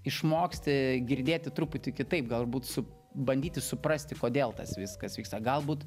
išmoksti girdėti truputį kitaip galbūt su bandyti suprasti kodėl tas viskas vyksta galbūt